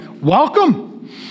welcome